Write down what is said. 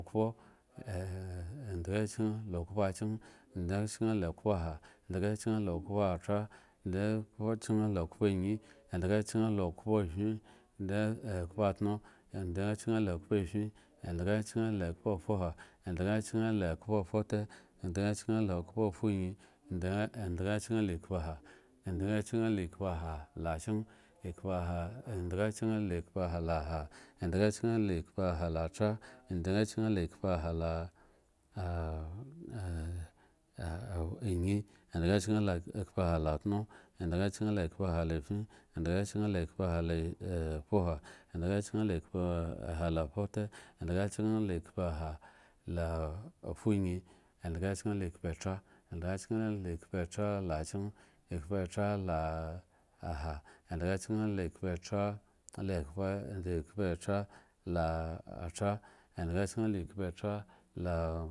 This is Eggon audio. Kpo edga kyen la okpo akyen, edga kyen la okpo ha endga kyen la okpo atra, edga kyen da kpo ayin edga kyen la upo fin edga kyen la kpo fuha edga kyen la kpo fute edga kyen la kpofuyin edg edga kyen la ekpafuha edga kyen la ha edga kyen la ekpa la tra edga ekyen la ekpa ha la ayin edga kyen la ekpaha la tuno, edga a la ayin edga kyen la ekpaha la tuno edga kyen la ekpaha laafin edga kyen la ekpaha la afuha edga kyen la ekpaha la afute edga kyen la ekpaha la afuyin edga kyen la expatra edga kyen la ekpaatra la kyen eka tra la ha edga kyen la ekpatra kpatro la tra edga kyen la ekpatra